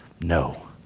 No